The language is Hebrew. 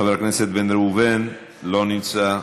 חבר הכנסת בן ראובן, לא נמצא,